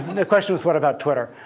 the question was, what about twitter?